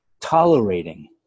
tolerating